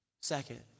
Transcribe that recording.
second